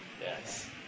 Yes